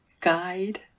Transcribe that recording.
guide